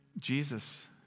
Jesus